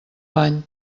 bany